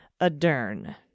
Adern